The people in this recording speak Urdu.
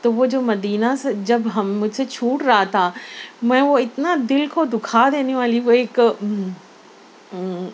تو وہ جو مدینہ سے جب ہم مجھ سے چھوٹ رہا تھا میں وہ اتنا دل کو دکھا دینے والی وہ ایک